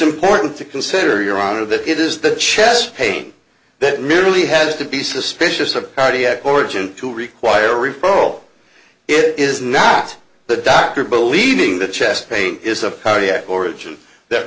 important to consider your honor that it is the chest pain that merely has to be suspicious of cardiac origin to require a referral it is not the doctor believing the chest pain is a cardiac origin that